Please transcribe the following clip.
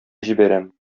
җибәрәм